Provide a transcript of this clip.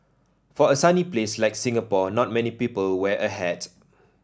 for a sunny place like Singapore not many people wear a hat